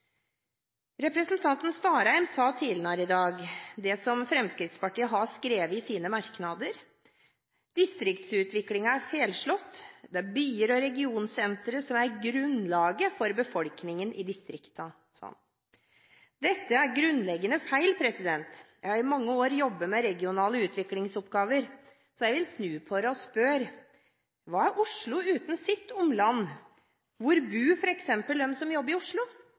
Representanten Starheim sa tidligere i dag det som Fremskrittspartiet har skrevet i sine merknader: Distriktsutviklingen er «feilslått». Det er «byer og regionsentre som skaper grunnlaget for befolkningen i distriktene». Dette er grunnleggende feil. Jeg har i mange år jobbet med regionale utviklingsoppgaver, så jeg vil snu på det og spørre: Hva er Oslo uten sitt omland? Hvor bor f.eks. de som jobber i Oslo?